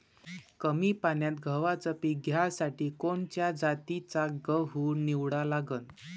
कमी पान्यात गव्हाचं पीक घ्यासाठी कोनच्या जातीचा गहू निवडा लागन?